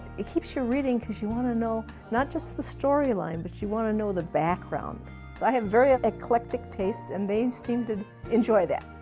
it keeps you reading because you want to know not just the storyline, but you want to know the background. so i have very eclectic tastes and they seem to enjoy that.